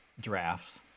drafts